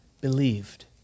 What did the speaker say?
believed